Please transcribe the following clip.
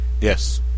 yes